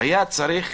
היה צריך